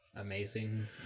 amazing